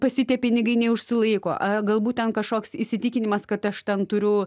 pas jį tie pinigai neužsilaiko a galbūt ten kažkoks įsitikinimas kad aš ten turiu